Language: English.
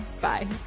Bye